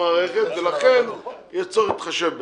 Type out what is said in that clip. המערכת, ולכן יש צורך להתחשב בזה.